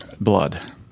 blood